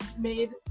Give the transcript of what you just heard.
made